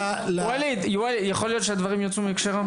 וואליד, יכול להיות שהדברים הוצאו מהקשרם?